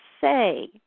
say